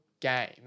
game